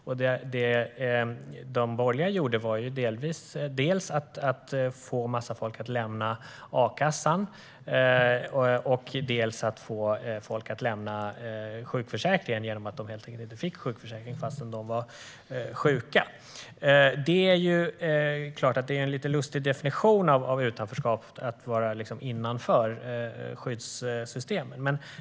Vad de borgerliga gjorde var dels att få en massa människor att lämna a-kassan, dels att få människor att lämna sjukförsäkringen genom att de helt enkelt inte fick sjukförsäkring trots att de var sjuka. Det är såklart en lite lustig definition av utanförskap att man är innanför skyddssystemet.